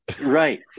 right